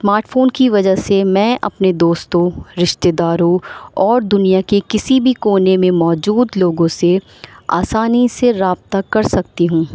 smart phone کی وجہ سے میں اپنے دوستوں رشتے داروں اور دنیا کے کسی بھی کونے میں موجود لوگوں سے آسانی سے رابطہ کر سکتی ہوں